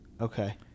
Okay